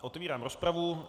Otevírám rozpravu.